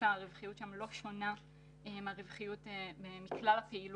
בממוצע הרווחיות שם לא שונה מכלל הפעילות